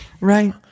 Right